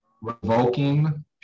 revoking